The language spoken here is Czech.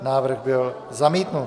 Návrh byl zamítnut.